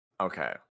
Okay